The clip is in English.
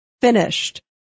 finished